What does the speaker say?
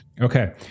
Okay